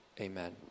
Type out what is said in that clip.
Amen